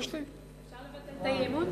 אפשר לבטל את האי-אמון.